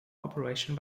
operation